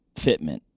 fitment